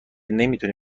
نمیتونی